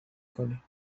کنی